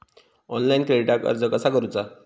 Online क्रेडिटाक अर्ज कसा करुचा?